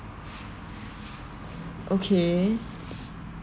okay